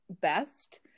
best